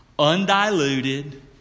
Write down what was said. undiluted